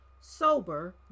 sober